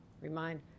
remind